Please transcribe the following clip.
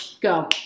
go